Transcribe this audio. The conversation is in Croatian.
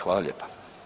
Hvala lijepa.